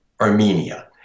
Armenia